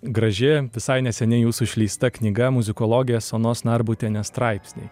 graži visai neseniai jūsų išleista knyga muzikologės onos narbutienės straipsniai